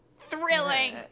Thrilling